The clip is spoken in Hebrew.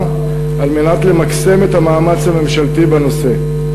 על מנת למקסם את המאמץ הממשלתי בנושא.